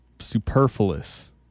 superfluous